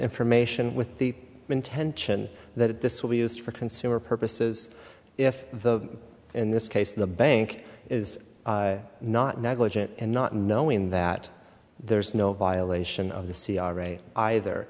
information with the intention that this will be used for consumer purposes if the in this case the bank is not negligent in not knowing that there is no violation of the c r a either